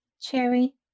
Cherry